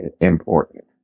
important